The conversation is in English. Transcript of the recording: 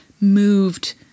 moved